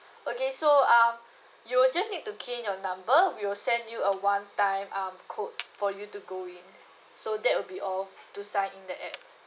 okay so um you'll just need to key in your number we'll send you a one time um code for you to go in so that will be all to sign in the app